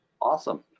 Awesome